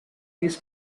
his